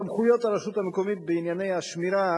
סמכויות הרשות המקומית בענייני השמירה,